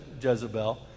Jezebel